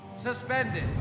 suspended